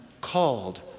called